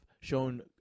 shown